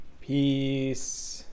Peace